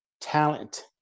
talent